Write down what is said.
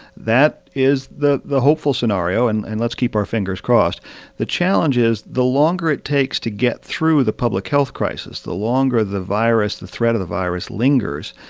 that is the the hopeful scenario, and and let's keep our fingers crossed the challenge is, the longer it takes to get through the public health crisis, the longer the virus, the threat of virus lingers,